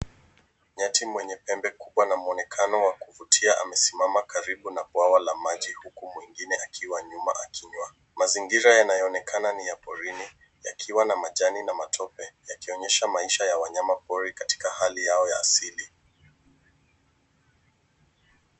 Nyati mwenye pembe kubwa na muonekano wa kuvutia amesimama karibu na bwawa la maji huku mwingine akiwa nyuma akinywa. Mazingira yanaonekana ni ya porini, yakiwa na majani na matope, yakionyesha maisha ya wanyama pori katika hali yao ya asili.